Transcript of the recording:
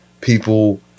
people